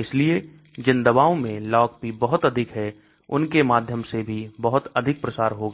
इसलिए जिन दवाओं में LogP बहुत अधिक है उन के माध्यम से भी बहुत अधिक प्रसार होगा